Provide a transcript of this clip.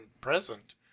present